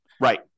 Right